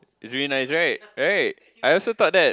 it's very nice right right I also thought that